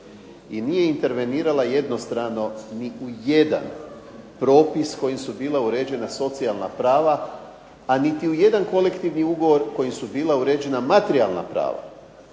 i nije intervenirala jednostrano ni u jedan propis kojim su bila uređena socijalna prava, a niti u jedan kolektivni ugovor kojim su bila uređena materijalna prava.